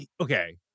okay